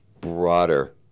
broader